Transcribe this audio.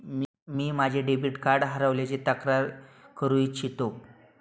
मी माझे debit card हरवल्याची तक्रार करू इच्छितो